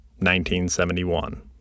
1971